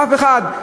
אף אחד.